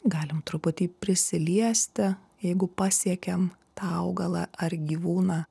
galim truputį prisiliesti jeigu pasiekiam tą augalą ar gyvūną